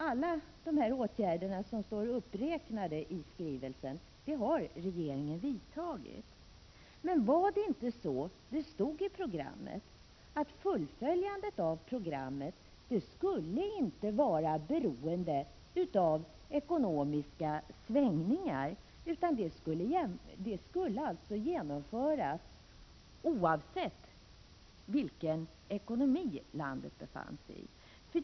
Alla de åtgärder som står uppräknade i skrivelsen har regeringen vidtagit. Men stod det inte i programmet att fullföljandet av programmet inte skulle vara beroende av svängningar i ekonomin utan skulle genomföras oavsett vilken ekonomisk situation landet befann sig i?